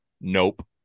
Nope